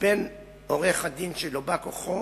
לבין עורך-הדין שלו, בא כוחו,